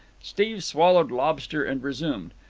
steve swallowed lobster and resumed.